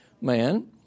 man